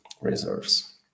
reserves